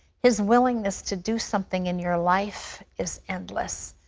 his willingness to do something in your life is endless.